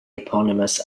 eponymous